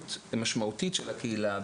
מעורבות משמעותית של הקהילה,